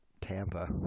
Tampa